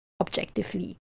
objectively